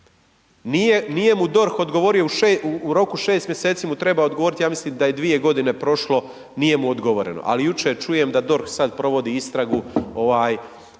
Nije mu DORH odgovorio u roku 6 mj. mu treba odgovoriti, ja mislim da je 2 g. prošlo, nije mu odgovoreno. Ali jučer, čujem da DORH sada provodi istragu,